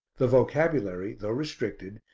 the vocabulary, though restricted,